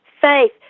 faith